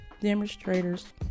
demonstrators